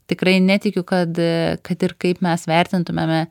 tikrai netikiu kad kad ir kaip mes vertintumėme